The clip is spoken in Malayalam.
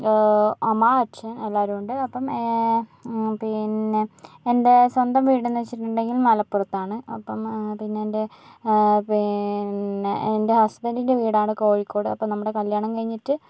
അമ്മ അച്ഛൻ എല്ലാവരും ഉണ്ട് അപ്പോൾ പിന്നെ എൻ്റെ സ്വന്തം വീട് എന്ന് വെച്ചിട്ടുണ്ടെങ്കിൽ മലപ്പുറത്താണ് അപ്പം പിന്നെ എൻ്റെ പിന്നെ ഹസ്ബൻഡിൻ്റെ വീടാണ് കോഴിക്കോട് അപ്പോൾ നമ്മടെ കല്യാണം കഴിഞ്ഞിട്ട്